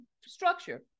structure